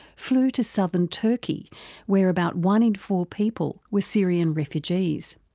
flew to southern turkey where about one in four people were syrian refugees.